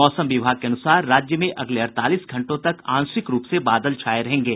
मौसम विभाग के अनुसार राज्य में अगले अड़तालीस घंटों तक आंशिक रूप से बादल छाये रहेंगे